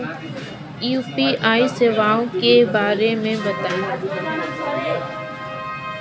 UPI सेवाओं के बारे में बताएँ?